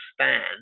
stand